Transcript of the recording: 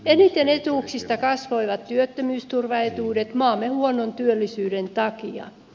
eniten etuuksista kasvoivat työttömyysturvaetuudet maamme huonon työllisyyden takia